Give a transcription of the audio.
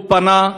הוא פנה,